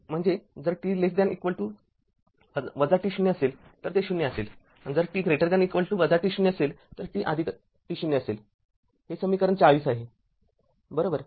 म्हणजेजर t equal to t0असेल तर ते ० असेल आणि जर t greater than equal to t0 असेल तर ते t t0असेल हे समीकरण ४० आहे बरोबर